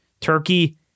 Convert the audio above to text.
Turkey